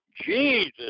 Jesus